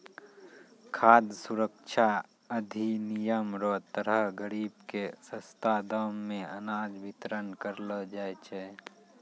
खाद सुरक्षा अधिनियम रो तहत गरीब के सस्ता दाम मे अनाज बितरण करलो जाय छै